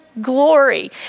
glory